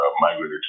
migrated